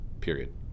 period